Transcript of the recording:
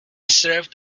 served